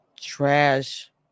trash